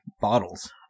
bottles